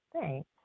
Thanks